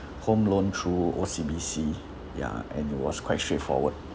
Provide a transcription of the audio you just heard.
home loan through O_C_B_C ya and it was quite straightforward